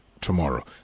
tomorrow